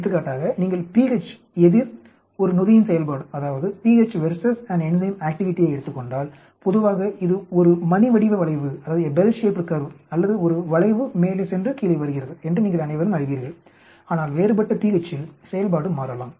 எடுத்துக்காட்டாக நீங்கள் pH எதிர் ஒரு நொதியின் செயல்பாட்டை எடுத்துக் கொண்டால் பொதுவாக இது ஒரு மணி வடிவ வளைவு அல்லது அது ஒரு வளைவு மேலே சென்று கீழே வருகிறது என்று நீங்கள் அனைவரும் அறிவீர்கள் ஆனால் வேறுபட்ட pH இல் செயல்பாடு மாறுபடலாம்